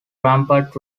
rampart